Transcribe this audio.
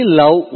love